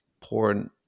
porn